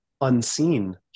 unseen